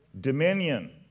Dominion